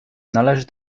należy